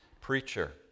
preacher